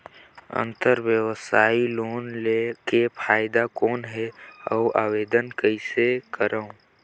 अंतरव्यवसायी लोन के फाइदा कौन हे? अउ आवेदन कइसे करव?